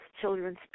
children's